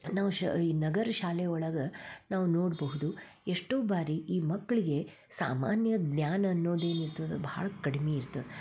ನಾವು ಶ ಈ ನಗರ ಶಾಲೆ ಒಳಗೆ ನಾವು ನೋಡಬಹುದು ಎಷ್ಟೋ ಬಾರಿ ಈ ಮಕ್ಕಳಿಗೆ ಸಾಮಾನ್ಯ ಜ್ಞಾನ ಅನ್ನೋದು ಏನು ಇರ್ತದ ಭಾಳ ಕಡಿಮೆ ಇರ್ತದ